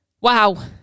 Wow